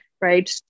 right